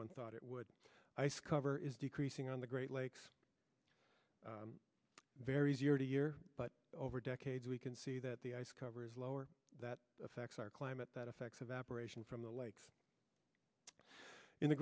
one thought it would ice cover is decreasing on the great lakes varies year to year but over decades we can see that the ice cover is lower that affects our climate that effects of aberration from the lakes in the